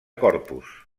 corpus